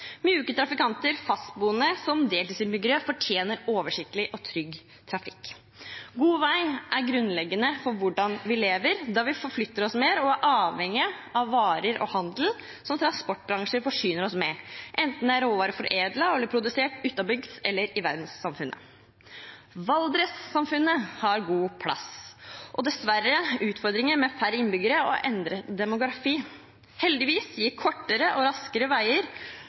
Mjuke trafikanter, fastboende som deltidsinnbyggere, fortjener oversiktlig og trygg trafikk. God vei er grunnleggende for hvordan vi lever, da vi forflytter oss mer og er avhengig av varer og handel som transportbransjen forsyner oss med, enten det er råvarer foredlet og/eller produsert utabygds eller av verdenssamfunnet. Valdres-samfunnet har god plass og dessverre utfordringer med færre innbyggere og endret demografi. Heldigvis gir kortere og raskere veier